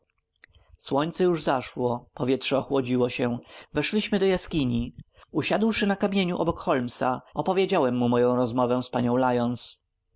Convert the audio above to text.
słońce już zaszło powietrze ochłodziło się weszliśmy do jaskini usiadłszy na kamieniu obok holmesa opowiedziałem mu moją rozmowę z panią